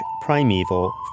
primeval